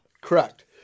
Correct